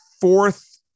fourth